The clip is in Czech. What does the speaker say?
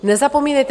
Nezapomínejte.